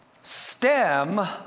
stem